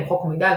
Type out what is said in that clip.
למחוק מידע,